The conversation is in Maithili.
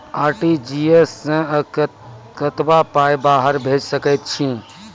आर.टी.जी.एस सअ कतबा पाय बाहर भेज सकैत छी?